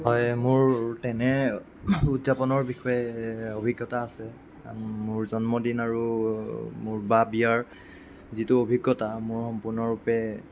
হয় মোৰ তেনে উদযাপনৰ বিষয়ে অভিজ্ঞতা আছে মোৰ জন্মদিন আৰু মোৰ বা বিয়াৰ যিটো অভিজ্ঞতা মোৰ সম্পূৰ্ণৰূপে